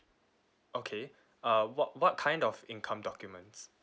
okay uh what what kind of income documents